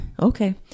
Okay